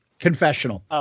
confessional